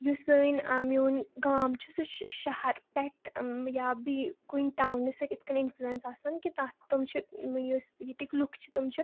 یُس سٲنۍ ٲں میون گام چھُ سُہ چھُ شہر پٮ۪ٹھ یا بیٚیہِ کُنہِ ٹاونہٕ سۭتۍ اِتھ کٔنۍ اِنفٕلیٚنس آسان کہِ تَتھ تِم چھِ یُس ییٚتِکۍ لوکھ چھِ تِم چھِ